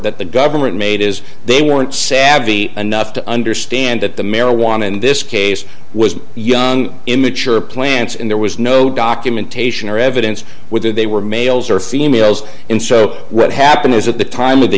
that the government made is they want savvy enough to understand that the marijuana in this case was young in the church plants and there was no documentation or evidence whether they were males or females and so what happened is at the time of the